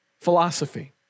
philosophy